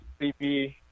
CP